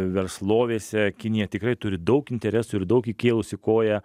verslovėse kinija tikrai turi daug interesų ir daug įkėlusi koją